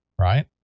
right